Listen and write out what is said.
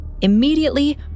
Immediately